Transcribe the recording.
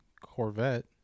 Corvette